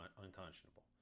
unconscionable